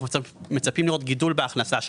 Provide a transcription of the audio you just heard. אנחנו מצפים לראות גידול בהכנסה שלה.